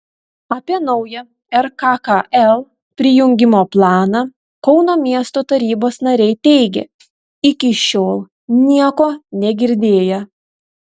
apie naują rkkl prijungimo planą kauno miesto tarybos nariai teigia iki šiol nieko negirdėję